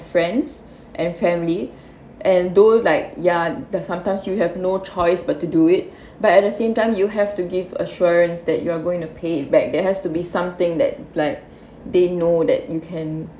friends and family and those like ya sometimes you have no choice but to do it but at the same time you have to give assurance that you are going to pay back there has to be something that like they know that you can